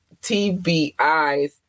TBI's